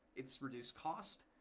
it's reduced cost.